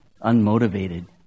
unmotivated